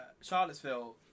Charlottesville